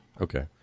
Okay